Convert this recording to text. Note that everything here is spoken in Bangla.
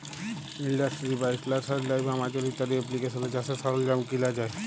ইলডাস্টিরি বাইশ, লার্সারি লাইভ, আমাজল ইত্যাদি এপ্লিকেশলে চাষের সরল্জাম কিলা যায়